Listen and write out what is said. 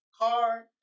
car